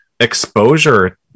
exposure